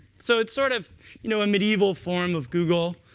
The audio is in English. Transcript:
so it's sort of you know a medieval form of google